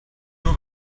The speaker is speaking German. nur